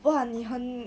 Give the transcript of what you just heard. !wah! 你很